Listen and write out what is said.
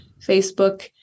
Facebook